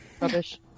rubbish